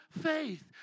faith